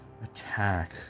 Attack